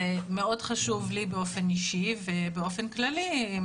זה מאוד חשוב לי באופן אישי ובאופן כללי זה